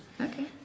Okay